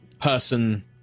person